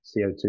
CO2